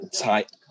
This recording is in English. tight